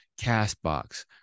Castbox